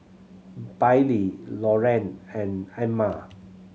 Bailee Loran and Amma